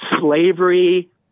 slavery